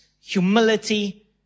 humility